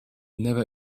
never